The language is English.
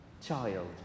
child